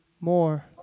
more